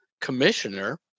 commissioner